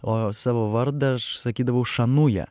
o savo vardą aš sakydavau šanuja